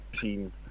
team